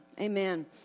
Amen